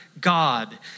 God